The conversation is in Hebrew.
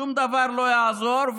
שום דבר לא יעזור,